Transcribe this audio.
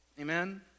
Amen